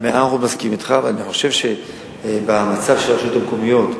אני חושב שבמצב של הרשויות המקומיות,